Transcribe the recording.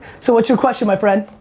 so, what's your question, my friend?